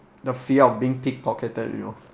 the fear of being pick pocketed you know